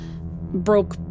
broke